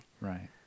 Right